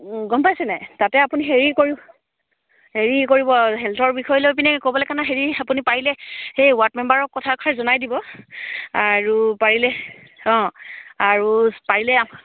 গম পাইছেনে তাতে আপুনি হেৰি কৰি হেৰি কৰিব হেল্থৰ বিষয় লৈ পিনে ক'বলৈ কাৰণে হেৰি আপুনি পাৰিলে সেই ৱাৰ্ড মেম্বাৰক কথাষাৰ জনাই দিব আৰু পাৰিলে অঁ আৰু পাৰিলে